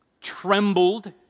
trembled